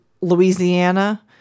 Louisiana